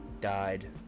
died